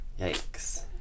yikes